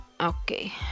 Okay